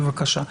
בבקשה.